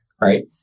right